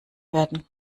werden